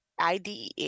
IDEA